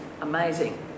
amazing